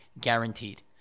guaranteed